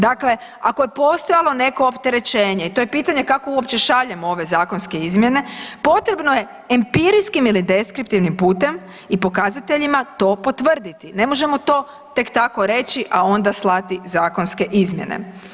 Dakle, ako je postojalo neko opterećenje i to je pitanje kako uopće šaljemo ove zakonske izmjene, potrebno je empirijskim ili deskriptivnim putem i pokazateljima to potvrditi, ne možemo to tek tako reći a onda slati zakonske izmjene.